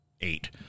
eight